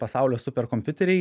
pasaulio superkompiuteriai